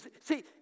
See